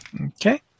okay